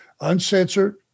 uncensored